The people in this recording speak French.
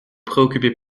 préoccupez